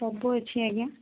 ସବୁ ଅଛି ଆଜ୍ଞା